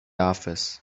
office